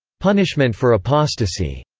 punishment for apostasy.